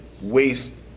waste